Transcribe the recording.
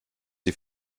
die